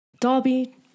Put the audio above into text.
Darby